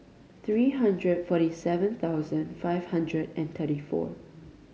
three hundred forty seven thousand five hundred and thirty four